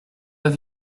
pas